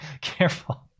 careful